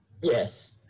Yes